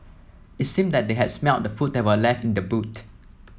it seemed that they had smelt the food that were left in the boot